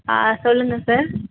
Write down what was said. ஆ சொல்லுங்கள் சார்